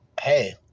hey